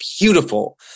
beautiful